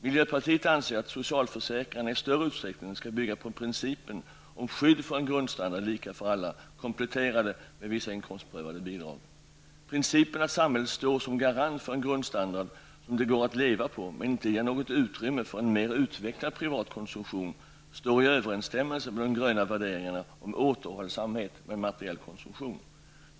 Miljöpartiet anser att socialförsäkringarna i större utsträckning skall bygga på principen om skydd för en grundstandard, lika för alla, kompletterat med vissa inkomstprövade bidrag. Principen att samhället står som garant för en grundstandard som det går att leva på men inte ger något utrymme för en mer utvecklad privat konsumtion står i överensstämmelse med de gröna värderingarna om återhållsamhet med materiell konsumtion.